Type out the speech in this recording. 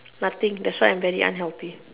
nothing that's why I'm very unhealthy